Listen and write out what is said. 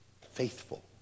faithful